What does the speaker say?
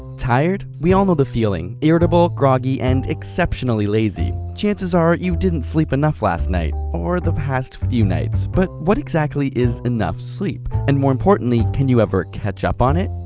tired? we all know the feeling irritable, groggy and exceptionally lazy. chances are you didn't sleep enough last night, or the past few nights. but what exactly is enough sleep? and more importantly, can you ever catch up on it?